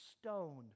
stoned